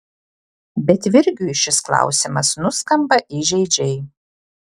bet virgiui šis klausimas nuskamba įžeidžiai